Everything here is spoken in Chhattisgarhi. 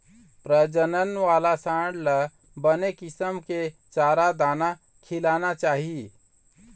प्रजनन वाला सांड ल बने किसम के चारा, दाना खिलाना चाही